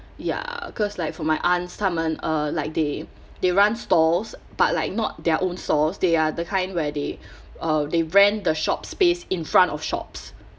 ya cause like for my aunts 她们 uh like they they run stalls but like not their own stalls they are the kind where they uh they rent the shop's space in front of shop